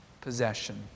possession